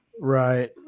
Right